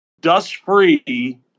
dust-free